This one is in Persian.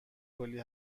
کلی